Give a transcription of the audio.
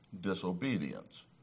disobedience